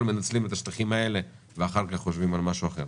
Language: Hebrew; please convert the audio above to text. לנצל את השטחים האלה ואחר כך לחשוב על משהו אחר.